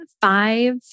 five